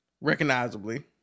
recognizably